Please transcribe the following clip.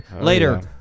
later